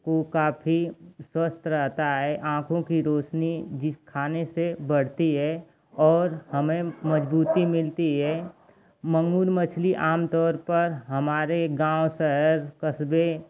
को काफी स्वस्थ रहता है आँखों की रोशनी जिसे खाने से बढ़ती है और हमें मज़बूती मिलती है माँगुर मछली आमतौर पर हमारे गाँव शहर कस्बे